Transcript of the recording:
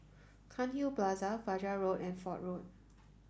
Cairnhill Plaza Fajar Road and Fort Road